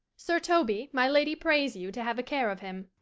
sir toby, my lady prays you to have a care of him.